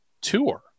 tour